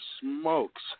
smokes